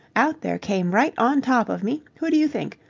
out there came right on top of me who do you think?